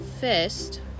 fist